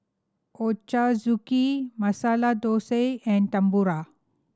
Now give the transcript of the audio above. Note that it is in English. Ochazuke Masala Dosa and Tempura